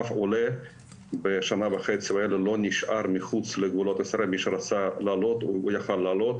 אף עולה לא נשאר מחוץ לגבולות ישראל מי שרצה לעלות עלה.